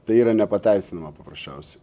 tai yra nepateisinama paprasčiausiai